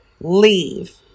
leave